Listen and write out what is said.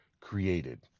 created